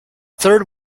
third